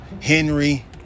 Henry